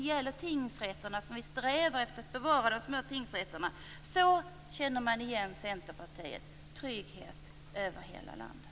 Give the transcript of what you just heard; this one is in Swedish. Det gäller tingsrätterna, som vi strävar efter att bevara. Så känner man igen Centerpartiet, dvs. trygghet över hela landet.